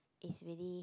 it's really